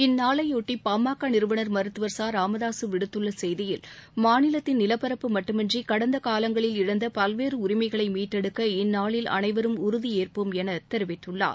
இந்நாளையொட்டி பா ம க நிறுவன் மருத்துவர் ச ராமதாசு வெளியிட்டுள்ள செய்தியில் மாநிலத்தின் நில பரப்பு மட்டுமின்றி கடந்த காலங்களில் இழந்த பல்வேறு உரிமைகளை மீட்டெடுக்க அனைவரும் உறுதி ஏற்போம் என தெரிவித்துள்ளார்